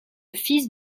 fils